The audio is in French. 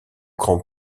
grand